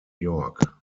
york